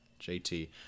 JT